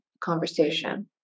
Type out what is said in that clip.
conversation